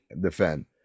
defend